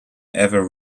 ever